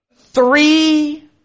Three